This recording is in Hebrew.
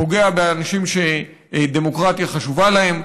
פוגע באנשים שדמוקרטיה חשובה להם,